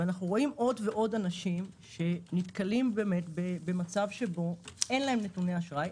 אנחנו רואים עוד ועוד אנשים שנתקלים במצב שבו אין להם נתוני אשראי.